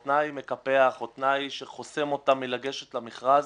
תנאי מקפח או תנאי שחוסם אותה מלגשת למכרז,